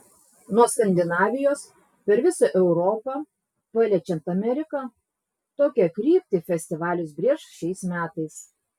nuo skandinavijos per visą europą paliečiant ameriką tokią kryptį festivalis brėš šiais metais